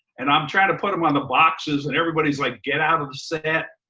and i'm trying to put them on the boxes and everybody's like, get out of the set,